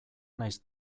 naiz